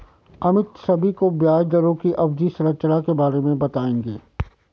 अमित सभी को ब्याज दरों की अवधि संरचना के बारे में बताएंगे